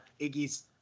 Iggy's